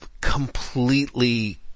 completely